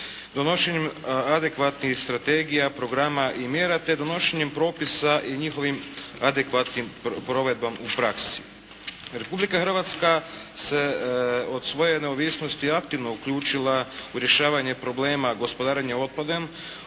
donošenjem adekvatnih strategija, programa i mjera te donošenjem propisa i njihovim adekvatnim provedbom u praksi. Republika Hrvatska se od svoje neovisnosti aktivno uključila u rješavanje problema gospodarenja otpadom